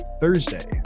Thursday